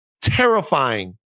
terrifying